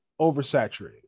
oversaturated